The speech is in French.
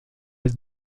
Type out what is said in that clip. est